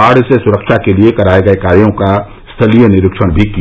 बाढ़ से सुरक्षा के लिए कराए गए कार्यों का स्थलीय निरीक्षण भी किया